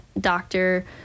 doctor